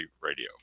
Radio